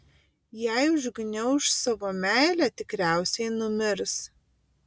jei užgniauš savo meilę tikriausiai numirs